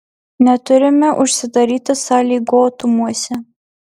neturime užsidaryti sąlygotumuose